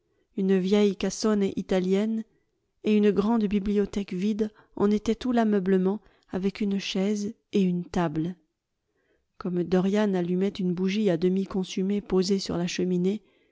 une vieille cassone italienne et une grande bibliothèque vide en étaient tout l'ameublement avec une chaise et une table comme dorian allumait une bougie à demi consumée posée sur la cheminée